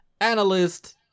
analyst